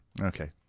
Okay